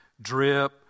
drip